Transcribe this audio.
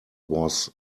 was